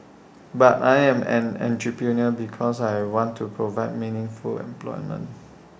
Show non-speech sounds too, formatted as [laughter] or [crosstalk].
but I am an entrepreneur because I want to provide meaningful employment [noise]